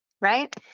right